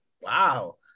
wow